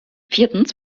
viertens